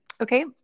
Okay